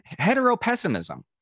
heteropessimism